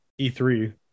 E3